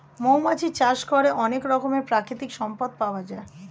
মৌমাছি চাষ করে অনেক রকমের প্রাকৃতিক সম্পদ পাওয়া যায়